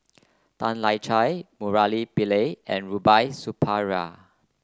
Tan Lian Chye Murali Pillai and Rubiah Suparman